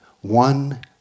one